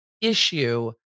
issue